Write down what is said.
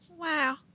Wow